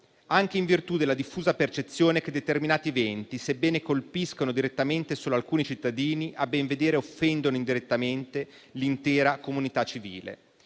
anche in virtù della diffusa percezione che determinati eventi, sebbene colpiscano direttamente solo alcuni cittadini, a ben vedere offendono indirettamente l'intera comunità civile.